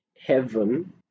heaven